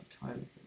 time